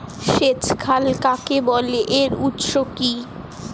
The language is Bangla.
সেচ খাল কাকে বলে এর উৎস কি?